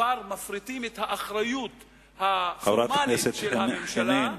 כבר מפריטים את האחריות הפורמלית של הממשלה.